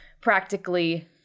practically